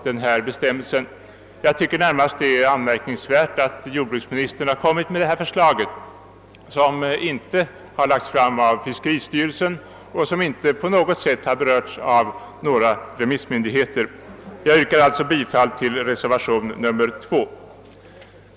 Det är närmast anmärkningsvärt att jordbruksministern lagt fram detta förslag, som inte väckts av fiskeristyrelsen och som inte på något sätt har berörts av några remissmyndigheter. Jag yrkar alltså bifall till reservation 2.